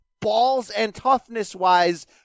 balls-and-toughness-wise